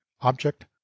object